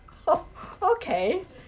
oh okay